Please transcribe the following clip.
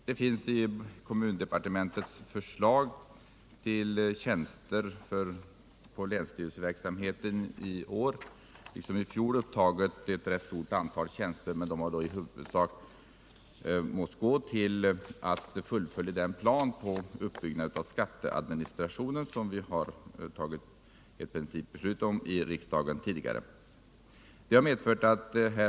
Det finns i kommundepartementets förslag till tjänster inom länsstyrelseverksamheten i år liksom i fjol ett rätt stort antal tjänster, men de har i huvudsak gått åt till fullföljande av den plan för uppbyggandet av skatteadministrationen som riksdagen tidigare har fattat beslut om.